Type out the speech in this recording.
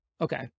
Okay